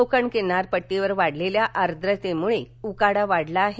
कोकण किनारपट्टीवर वाढलेल्या आर्द्रतेमुळे उकाडा वाढला आहे